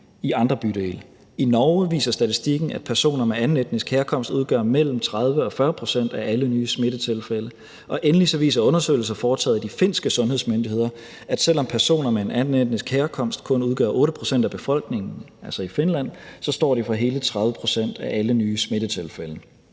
I Norge viser statistikken, at personer med anden etnisk herkomst udgør mellem 30 og 40 pct. af alle nye smittetilfælde. Og endelig viser undersøgelser foretaget af de finske sundhedsmyndigheder, at selv om personer med en anden etnisk herkomst kun udgør 8 pct. af befolkningen, altså i Finland, står gruppen for hele 30 pct. af alle nye smittetilfælde.